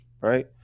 Right